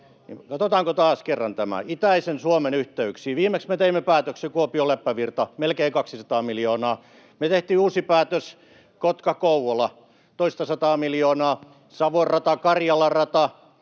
katsotaanko taas kerran tämä. Itäisen Suomen yhteyksiin viimeksi me teimme päätöksen: Kuopio—Leppävirta, melkein 200 miljoonaa, me tehtiin uusi päätös Kotka—Kouvola, toistasataa miljoonaa, Savon rata, Karjalan rata,